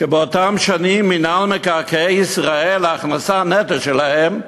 שבאותן שנים מינהל מקרקעי ישראל, ההכנסה נטו שלהם,